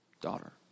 Daughter